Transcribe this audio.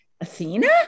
Athena